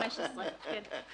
פסקאות משנה (א) ו-(ב).